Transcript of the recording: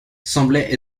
semblerait